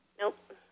Nope